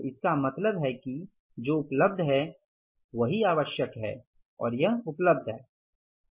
तो इसका मतलब है कि जो उपलब्ध है वही आवश्यक है और यह उपलब्ध है